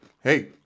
Hey